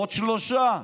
ועוד שלושה,